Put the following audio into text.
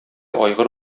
айгыр